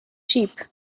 sheep